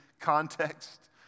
context